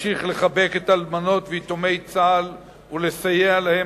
נמשיך לחבק את אלמנות ויתומי צה"ל ולסייע להם,